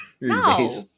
No